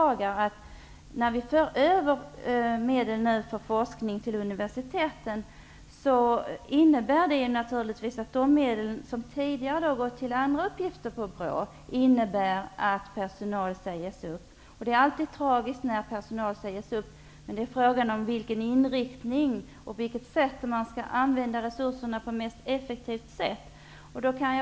När vi för över medel för forskning till universiteten innebär det att de medel som tidigare gått till andra uppgifter på BRÅ försvinner. Det innebär att personal sägs upp, och det beklagar jag. Det är alltid tragiskt när personal sägs upp. Men det är här fråga om vilken inriktning man skall ha och hur man skall använda resurserna mest effektivt.